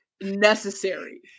necessary